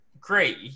great